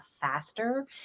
faster